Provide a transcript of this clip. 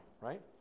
right